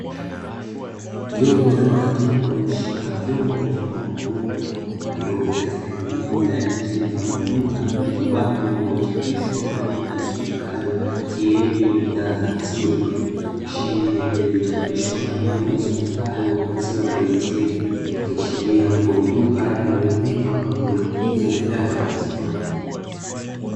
Jopo la po na watu walioshika vyombo mfano wa madumu waliopo katika eneo la nje mfano wa duka lenye bango lililochapishwa maneno yasomekayo kieni bidhaa za maziwa yenye mashine yaliyochapishwa maneno yasomekayo " maziwa ATM " vya sheria kwenye duka linalotumika kwa ajili ya kuuza bidhaa za maziwa.